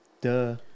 Duh